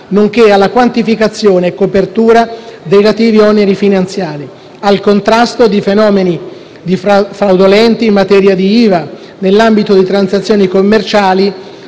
nonché alla quantificazione e copertura dei relativi oneri finanziari; al contrasto di fenomeni fraudolenti in materia di IVA nell'ambito di transazioni commerciali